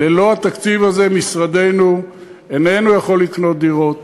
ללא התקציב הזה משרדנו איננו יכול לקנות דירות,